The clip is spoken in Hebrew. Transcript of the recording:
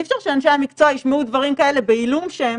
אי אפשר שאנשי המקצוע ישמעו דברים כאלה בעילום שם,